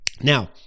Now